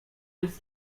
nic